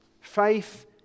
Faith